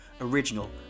original